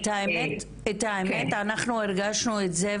האמת שאנחנו הרגשנו את זה,